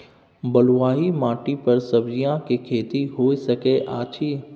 बलुआही माटी पर सब्जियां के खेती होय सकै अछि?